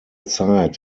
zeit